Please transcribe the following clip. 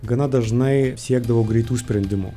gana dažnai siekdavo greitų sprendimų